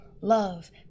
love